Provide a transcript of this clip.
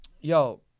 yo